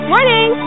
Morning